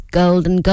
golden